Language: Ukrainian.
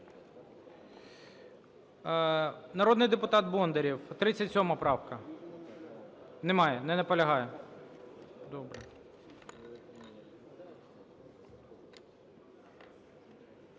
Народний депутат Бондарєв, 37 правка. Немає. Не наполягає. Добре.